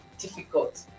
difficult